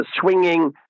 swinging